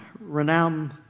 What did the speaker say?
renowned